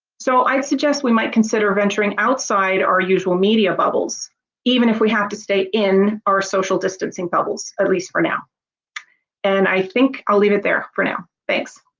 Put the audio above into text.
so i suggest we might consider venturing outside our usual media bubbles even if we have to stay in our social distancing bubbles at least for now and i think i'll leave it there for now thanks.